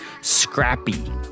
Scrappy